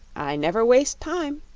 i never waste time,